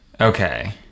Okay